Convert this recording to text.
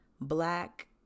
Black